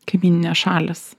kaimyninės šalys